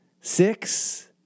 six